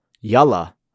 Yalla